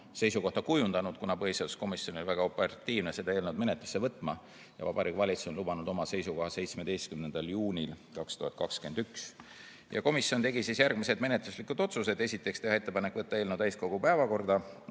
seisukohta kujundanud, kuna põhiseaduskomisjon oli väga operatiivne seda eelnõu menetlusse võtma ja Vabariigi Valitsus on lubanud anda oma seisukoha 17. juunil 2021. Komisjon tegi järgmised menetluslikud otsused. Esiteks, teha ettepanek võtta eelnõu täiskogu päevakorda